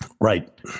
Right